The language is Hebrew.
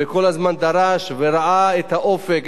וכל הזמן דרש וראה את האופק,